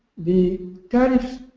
the tariffs,